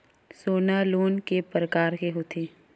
सोना लोन के प्रकार के होथे?